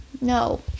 No